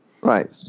Right